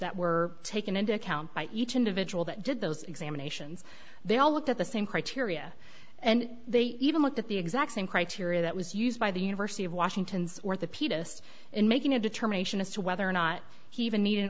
that were taken into account by each individual that did those examinations they all looked at the same criteria and they even looked at the exact same criteria that was used by the university of washington's orthopedist in making a determination as to whether or not he even need an